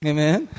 Amen